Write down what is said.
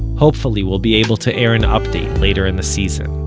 hopefully we'll be able to air an update later in the season